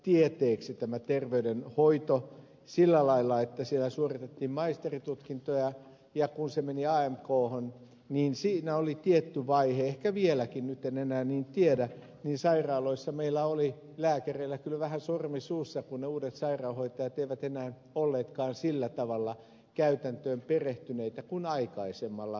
kun terveydenhoito tuli tieteeksi sillä lailla että siellä suoritettiin maisteritutkintoja ja kun se meni amkhon niin siinä oli tietty vaihe ehkä vieläkin nyt en enää niin tiedä että sairaaloissa meillä lääkäreillä oli kyllä vähän sormi suussa kun ne uudet sairaanhoitajat eivät enää olleetkaan sillä tavalla käytäntöön perehtyneitä kuin aikaisemmalla koulutustavalla koulutetut